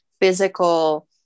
physical